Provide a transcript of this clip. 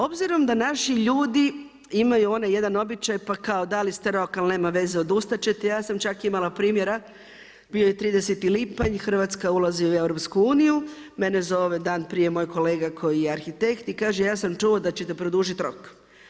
Obzirom da naši ljudi imaju onaj jedan običaj pa kao dali sete rok ali nema veze odustat ćete, ja sam čak imala primjera bio je 30. lipanja Hrvatska ulazi u EU, mene zove dan prije moj kolega koji je arhitekt i kaže ja sam čuo da ćete produžiti rok.